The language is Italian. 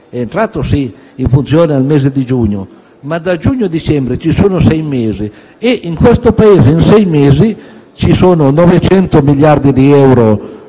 è entrato in funzione nel mese di giugno, ma da giugno a dicembre ci sono sei mesi e in questo Paese in sei mesi ci sono stati 900 miliardi di euro di